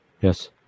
Yes